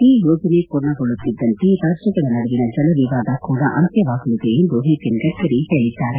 ಈ ಯೋಜನೆ ಪೂರ್ಣಗೊಳ್ಳುತ್ತಿದ್ದಂತೆ ರಾಜ್ಙಗಳ ನಡುವಿನ ಜಲವಿವಾದ ಕೂಡ ಅಂತ್ಲವಾಗಲಿದೆ ಎಂದು ನಿತಿನ್ ಗಡ್ನರಿ ಹೇಳಿದ್ದಾರೆ